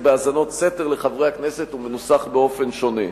בהאזנות סתר לחברי הכנסת ומנוסח באופן שונה.